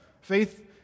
Faith